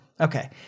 okay